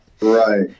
Right